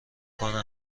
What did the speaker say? کنه